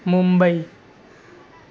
Mumbai